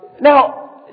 Now